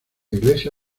iglesia